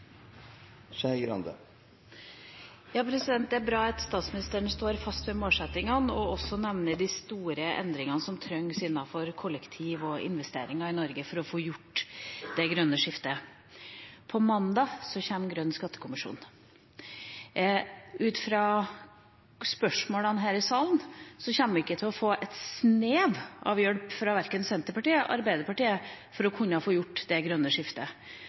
bra at statsministeren står fast ved målsettingene og også nevner de store endringene som trengs innenfor kollektivfeltet og investeringer i Norge for å få gjort det grønne skiftet. Neste onsdag kommer Grønn skattekommisjons rapport. Ut fra spørsmålene her i salen tror jeg ikke vi kommer til å få et snev av hjelp fra verken Senterpartiet eller Arbeiderpartiet for å kunne få gjort det grønne skiftet,